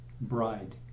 bride